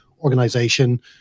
organization